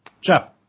Jeff